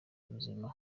ubuzima